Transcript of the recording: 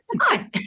Hi